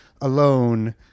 alone